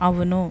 అవును